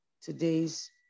today's